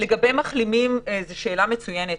זאת שאלה מצוינת.